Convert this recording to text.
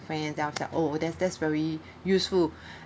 when that was like oh that's that's very useful